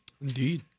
Indeed